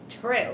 True